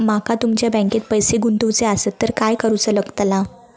माका तुमच्या बँकेत पैसे गुंतवूचे आसत तर काय कारुचा लगतला?